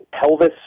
pelvis